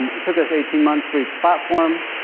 um it took us eighteen months for each platform.